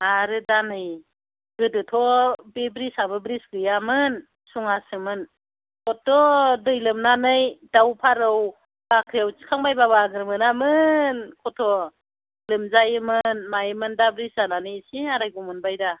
आरो दा नै गोदोथ' बे ब्रिजाबो ब्रिज गैयामोन सुङासोमोन खथ्थ' दै लोमनानै दाउ फारौ बाख्रिआव थिखांबायबाबो आगोर मोनामोन खथ्थ' लोमजायोमोन मायोमोन दा ब्रिज जानानै एसे आरायग' मोनबाय दा